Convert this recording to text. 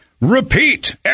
repeat